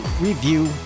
review